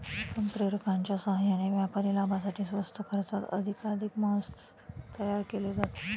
संप्रेरकांच्या साहाय्याने व्यापारी लाभासाठी स्वस्त खर्चात अधिकाधिक मांस तयार केले जाते